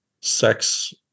sex